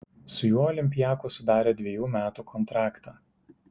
su juo olympiakos sudarė dvejų metų kontraktą